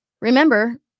remember